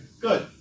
good